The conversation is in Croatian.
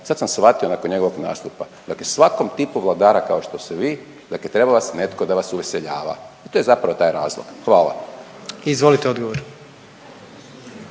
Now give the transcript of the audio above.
Sad sam shvatio nakon njegovog nastupa. Dakle, svakom tipu vladara kao što ste vi, dakle treba vas netko da vas uveseljava i to je zapravo taj razlog. Hvala. **Jandroković,